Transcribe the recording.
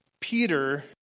Peter